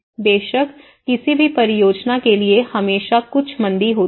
बेशक किसी भी परियोजना के लिए हमेशा कुछ मंदी होती है